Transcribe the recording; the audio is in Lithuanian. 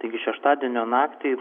taigi šeštadienio naktį